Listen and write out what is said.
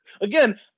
again